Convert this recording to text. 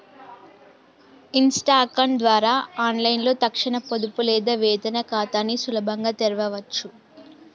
Insta account ద్వారా ఆన్లైన్లో తక్షణ పొదుపు లేదా వేతన ఖాతాని సులభంగా తెరవచ్చు